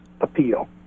appeal